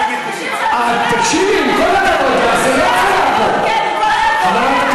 תוציא את חברות הכנסת בדיון על רצח נשים,